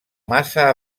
massa